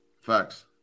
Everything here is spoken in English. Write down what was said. Facts